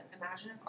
Imagine